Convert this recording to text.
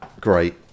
Great